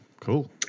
Cool